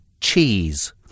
Cheese